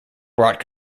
brought